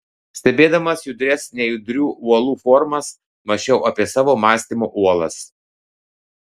stebėdamas judrias nejudrių uolų formas mąsčiau apie savo mąstymo uolas